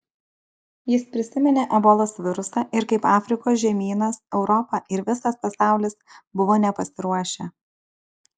jis prisiminė ebolos virusą ir kaip afrikos žemynas europa ir visas pasaulis buvo nepasiruošę